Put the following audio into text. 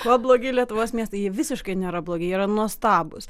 kuo blogi lietuvos miestai jie visiškai nėra blogi jie yra nuostabūs